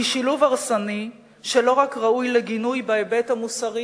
הוא שילוב הרסני שלא רק ראוי לגינוי בהיבט המוסרי,